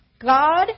God